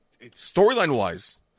Storyline-wise